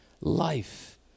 life